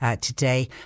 today